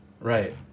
Right